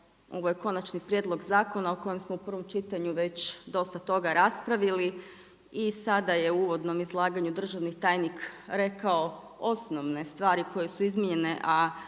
ovo je konačni prijedlog zakona o kojem smo u prvom čitanju već dosta toga raspravili i sada je u uvodnom izlaganju državni tajnik rekao osnovne stvari koje su izmijenjene,